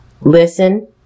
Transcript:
Listen